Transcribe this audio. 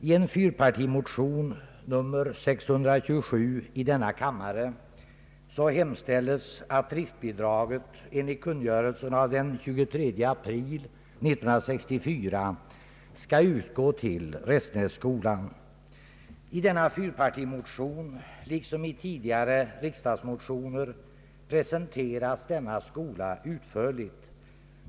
I en fyrpartimotion, nr 627 i denna kammare, hemställs att driftbidraget enligt kungörelsen av den 23 april 1964 skall utgå till Restenässkolan. I denna fyrpartimotion, liksom i tidigare riksdagsmotioner, presenteras denna skola utförligt.